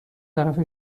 طرف